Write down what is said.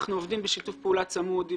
אנחנו עובדים בשיתוף פעולה צמוד עם